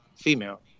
female